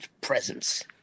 presence